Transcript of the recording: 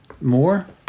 More